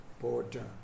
border